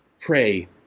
pray